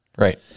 right